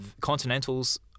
Continentals